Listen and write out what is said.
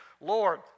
Lord